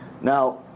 Now